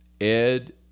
Ed